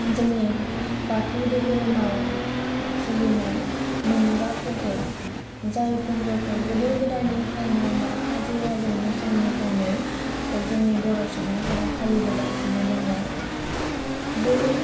जोंनि बाथौ दोहोरोमाव सोलिनाय मोनबा फोरबो जाय फोरबोखौ गोदो गोदायनिफ्रायनो बा आजै आजौनि समनिफ्रायनो जोंनि बर' सुबुंफोरा फालिबोगासिनो दङ बे